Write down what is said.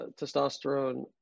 testosterone